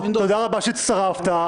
תודה רבה שהצטרפת.